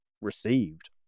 received